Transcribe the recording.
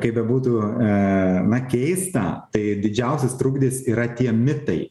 kaip bebūtų e na keista tai didžiausias trukdis yra tie mitai